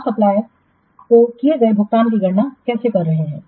आप सप्लायरको किए गए भुगतान की गणना कैसे कर रहे हैं